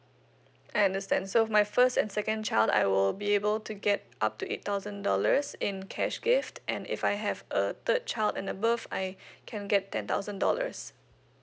I understand so my first and second child I will be able to get up to eight thousand dollars in cash gift and if I have a third child and above I can get ten thousand dollars